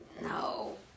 no